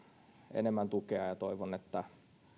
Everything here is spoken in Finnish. enemmän tukea ja ja toivon että